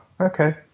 okay